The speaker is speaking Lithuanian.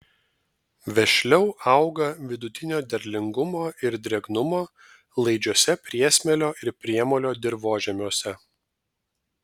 vešliau auga vidutinio derlingumo ir drėgnumo laidžiuose priesmėlio ir priemolio dirvožemiuose